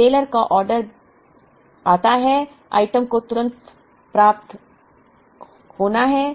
retailer एक order देता है आइटम को तुरंत प्राप्त होता है